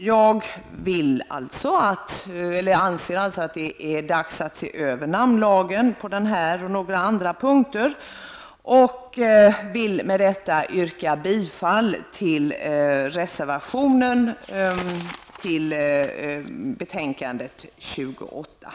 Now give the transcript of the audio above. Jag anser alltså att det är dags att se över namnlagen på den här och några andra punkter, och jag vill med detta yrka bifall till reservationen till lagutskottets betänkande